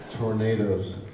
Tornadoes